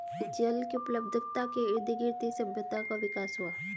जल की उपलब्धता के इर्दगिर्द ही सभ्यताओं का विकास हुआ